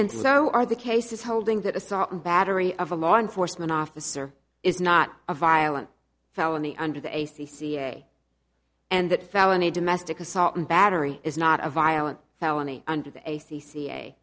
and so are the cases holding that assault and battery of a law enforcement officer is not a violent felony under the a c c a and that felony domestic assault and battery is not a violent felony under the a